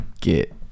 get